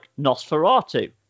Nosferatu